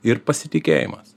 ir pasitikėjimas